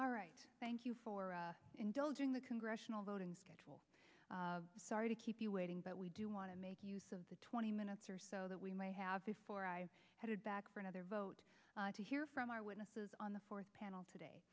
all right thank you for indulging the congressional voting schedule sorry to keep you waiting but we do want to make use of the twenty minutes or so that we may have before i headed back for another vote to hear from our witnesses on the fourth panel today